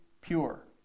pure